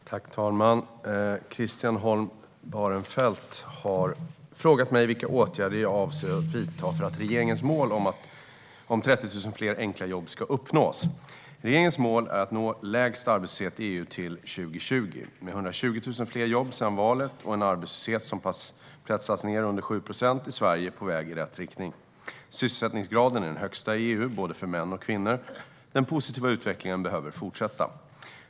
Fru talman! Christian Holm Barenfeld har frågat mig vilka åtgärder jag avser att vidta för att regeringens mål om 30 000 fler enkla jobb ska uppnås. Regeringens mål är att nå lägst arbetslöshet i EU till 2020. Med 120 000 fler jobb sedan valet och en arbetslöshet som pressats ned under 7 procent är Sverige på väg i rätt riktning. Sysselsättningsgraden är den högsta i EU för både män och kvinnor. Den positiva utvecklingen behöver fortsätta.